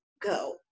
go